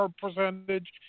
percentage